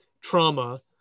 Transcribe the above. trauma